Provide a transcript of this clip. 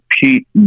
pete